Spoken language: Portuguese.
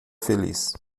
feliz